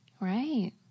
right